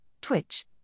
Twitch